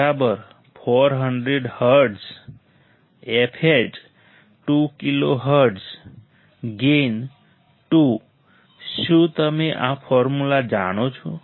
તો fL400 hertz fH 2 kilohertz gain 2 શું તમે આ ફોર્મ્યુલા જાણો છો